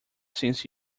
since